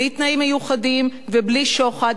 בלי תנאים מיוחדים ובלי שוחד,